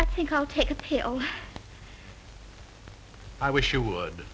i think i'll take a pill i wish you would